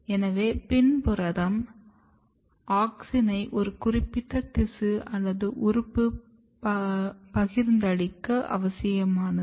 எனவே PIN புரதம் ஆக்ஸினை ஒரு குறிப்பிட்ட திசு அல்லது உறுப்புக்கு பகிர்ந்தளிக்க அவசியமானது